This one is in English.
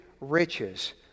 riches